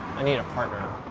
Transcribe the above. i need a partner. ah,